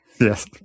Yes